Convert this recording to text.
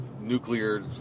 nuclear